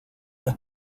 las